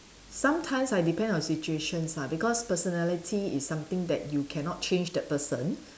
sometimes I depend on situations ah because personality is something that you cannot change that person